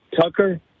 Tucker